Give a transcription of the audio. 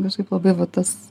kažkaip labai va tas